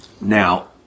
Now